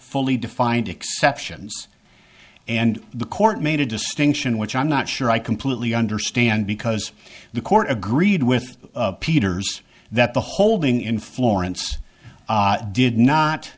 fully defined exceptions and the court made a distinction which i'm not sure i completely understand because the court agreed with peters that the holding in florence did not